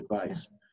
advice